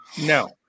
No